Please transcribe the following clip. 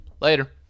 later